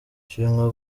shimwa